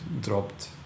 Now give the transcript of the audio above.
dropped